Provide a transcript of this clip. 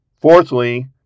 Fourthly